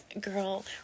girl